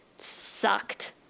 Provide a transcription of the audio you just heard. sucked